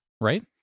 right